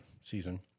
season